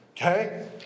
okay